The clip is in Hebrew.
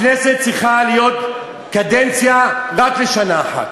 הכנסת צריכה להיות קדנציה רק לשנה אחת,